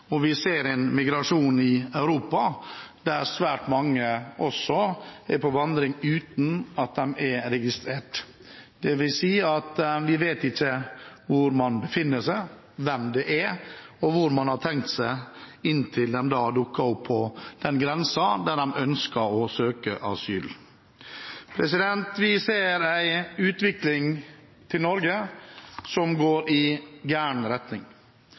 og vi ser også en migrasjon i Europa der svært mange er på vandring uten at de er registrert. Det vil si at vi ikke vet hvor de befinner seg, hvem de er, og hvor de har tenkt seg, inntil de dukker opp på den grensen der de ønsker å søke asyl. Vi ser en utvikling i Norge som går i gal retning.